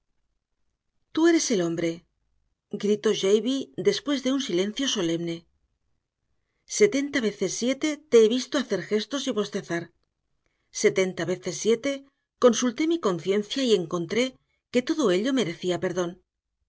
tú eres el hombre gritó jabes después de un silencio solemne setenta veces siete te he visto hacer gestos y bostezar setenta veces siete consulté mi conciencia y encontré que todo ello merecía perdón